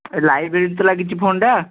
library ତ ଲାଗିଛି ଫୋନଟା